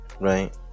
right